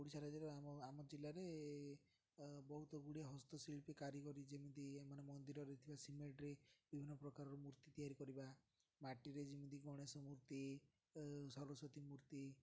ଓଡ଼ିଶା ରାଜ୍ୟର ଆମ ଆମ ଜିଲ୍ଲାରେ ବହୁତ ଗୁଡ଼ିଏ ହସ୍ତଶିଳ୍ପୀ କାରିଗରି ଯେମିତି ଆମ ମାନେ ମନ୍ଦିରରେ ଥିବା ସିମେଣ୍ଟରେ ବିଭିନ୍ନ ପ୍ରକାରର ମୂର୍ତ୍ତି ତିଆରି କରିବା ମାଟିରେ ଯେମିତି ଗଣେଶ ମୂର୍ତ୍ତି ସରସ୍ୱତୀ ମୂର୍ତ୍ତି